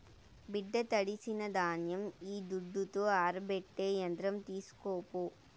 బిడ్డా తడిసిన ధాన్యం ఈ దుడ్డుతో ఆరబెట్టే యంత్రం తీస్కోపో